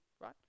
right